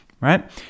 right